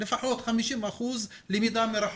לפחות 50 אחוזים למידה מרחוק.